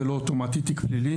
זה לא אוטומטי תיק פלילי.